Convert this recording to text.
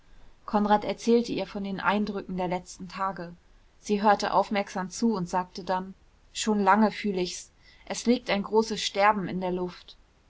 konrad erzählte ihr von den eindrücken der letzten tage sie hörte aufmerksam zu und sagte dann schon lange fühl ich's es liegt ein großes sterben in der luft